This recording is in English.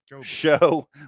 show